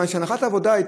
בהנחת העבודה,